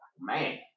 man